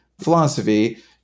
philosophy